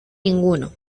ninguno